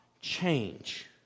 change